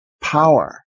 power